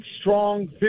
strong